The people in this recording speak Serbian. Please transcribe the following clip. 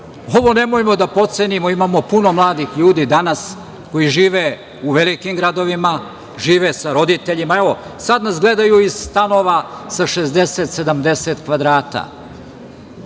ovo nemojmo da potcenimo, imamo puno mladih ljudi danas koji žive u velikim gradovima, žive sa roditeljima, evo sad nas gledaju iz stanova sa 60, 70 kvadrata,